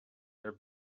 their